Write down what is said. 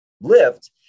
lift